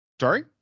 Sorry